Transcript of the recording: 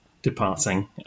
departing